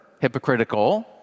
hypocritical